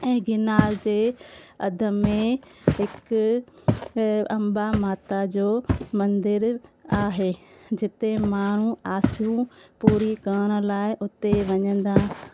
ऐं गिरनार जे अध में हिक अंबा माता जो मंदरु आहे जिते माण्हू आशाऊं पूरी करण लाइ उते वञंदा